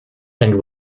and